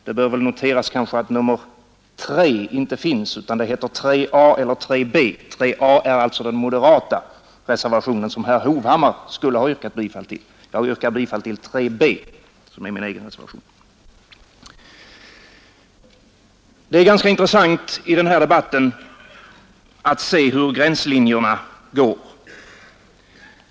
Det är ganska intressant att i denna debatt se hur gränslinjerna går.